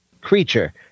creature